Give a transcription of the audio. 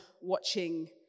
watching